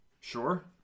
Sure